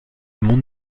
monde